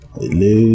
hello